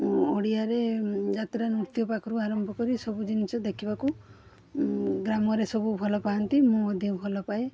ଓଡ଼ିଆରେ ଯାତ୍ରା ନୃତ୍ୟ ପାଖରୁ ଆରମ୍ଭ କରି ସବୁ ଜିନିଷ ଦେଖିବାକୁ ଗ୍ରାମରେ ସବୁ ଭଲ ପାଆନ୍ତି ମୁଁ ମଧ୍ୟ ଭଲ ପାଏ